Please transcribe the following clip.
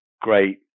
great